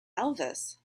elvis